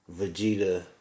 Vegeta